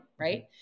right